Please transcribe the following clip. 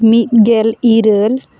ᱢᱤᱫ ᱜᱮᱞ ᱤᱨᱟᱹᱞ